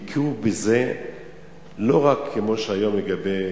והכירו בזה לא רק כמו שהיום לגבי,